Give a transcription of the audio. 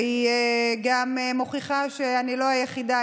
והיא גם מוכיחה שאני לא היחידה,